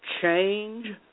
change